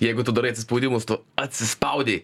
jeigu tu darai atsispaudimus tu atsispaudei